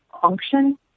function